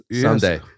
someday